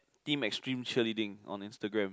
team extreme cheerleading on Instagram